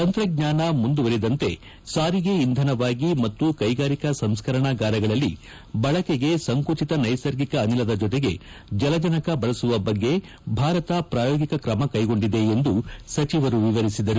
ತಂತ್ರಜ್ಞಾನ ಮುಂದುವರಿದಂತೆ ಸಾರಿಗೆ ಇಂಧನವಾಗಿ ಮತ್ತು ಕೈಗಾರಿಕಾ ಸಂಸ್ಕರಣಾಗಾರಗಳಲ್ಲಿ ಬಳಕೆಗೆ ಸಂಕುಚಿತ ನೈಸರ್ಗಿಕ ಅನಿಲದ ಜೊತೆಗೆ ಜಲಜನಕ ಬಳಸುವ ಬಗ್ಗೆ ಭಾರತ ಪ್ರಾಯೋಗಿಕ ಕ್ರಮಕ್ಟೆಗೊಂಡಿದೆ ಎಂದು ಸಚಿವರು ವಿವರಿಸಿದರು